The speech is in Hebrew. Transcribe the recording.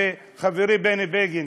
וחברי בני בגין,